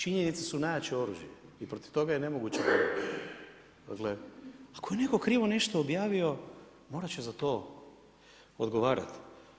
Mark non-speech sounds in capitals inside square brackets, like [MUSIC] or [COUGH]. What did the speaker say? Činjenice su najjače oružje i protiv toga je nemoguć … [UNINTELLIGIBLE] Dakle ako je netko krivo nešto objavio morati će za to odgovarati.